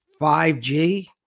5G